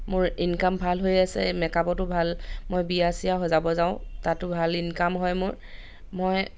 মোৰ ইনকাম ভাল হৈ আছে মেকআপতো ভাল মই বিয়া চিয়া সজাব যাওঁ তাতো ভাল ইনকাম হয় মোৰ মই